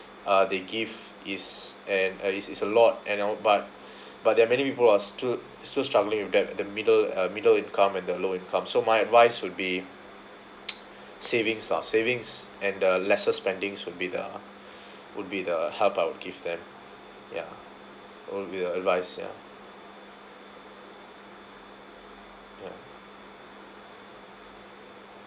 uh they give is and uh is a lot you know but but there are many people are still still struggling with debt at the middle uh middle income and the low income so my advice would be savings lah savings and the lesser spendings would be the would be the help I will give them ya will be my advice ya ya